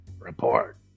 Report